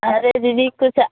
अरे दीदी कुछ